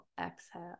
exhale